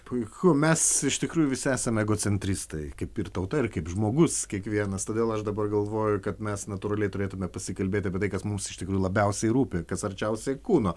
puiku mes iš tikrųjų visi esam ego centristai kaip ir tauta ir kaip žmogus kiekvienas todėl aš dabar galvoju kad mes natūraliai turėtume pasikalbėti apie tai kad mums iš tikrųjų labiausiai rūpi kas arčiausiai kūno